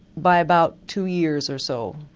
by about two years or so.